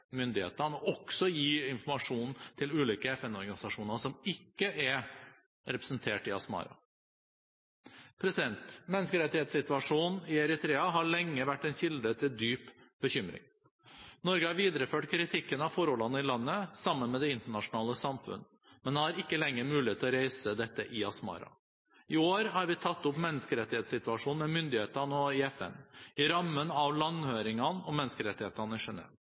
myndighetene, og også å gi informasjon til ulike FN-organisasjoner som ikke er representert i Asmara. Menneskerettighetssituasjonen i Eritrea har lenge vært en kilde til dyp bekymring. Norge har videreført kritikken av forholdene i landet sammen med det internasjonale samfunn, men har ikke lenger mulighet til å reise denne i Asmara. I år har vi tatt opp menneskerettighetssituasjonen med myndighetene og i FN, i rammen av landhøringene om menneskerettighetene